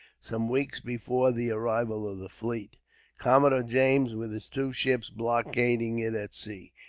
some weeks before the arrival of the fleet commodore james, with his two ships, blockading it at sea.